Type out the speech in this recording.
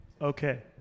Okay